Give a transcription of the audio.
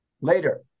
later